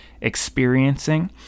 experiencing